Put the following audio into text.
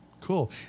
Cool